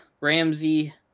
Ramsey –